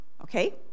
okay